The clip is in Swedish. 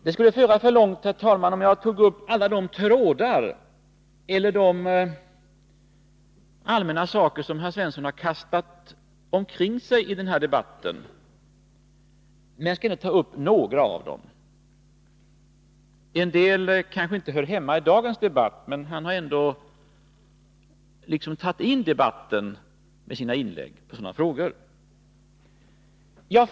Det skulle föra för långt, herr talman, om jag tog upp alla de allmänna saker som herr Svensson har kastat omkring sig i den här debatten, men jag skall ta upp några av dem. En del kanske inte hör hemma i dagens debatt, men herr Svensson har ändå fört in dem i diskussionen.